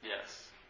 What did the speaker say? Yes